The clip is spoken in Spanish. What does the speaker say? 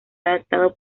adaptado